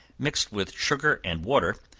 mixed with sugar and water,